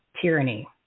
tyranny